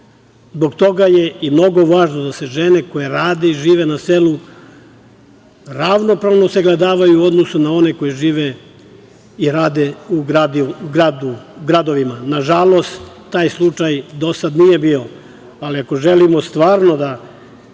Zbog toga je i mnogo važno da se žene koje rade i žive na selu ravnopravno sagledavaju u odnosu na one koje žive i rade u gradovima. Nažalost, taj slučaj do sad nije bio, ali ako želimo stvarno da